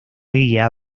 guía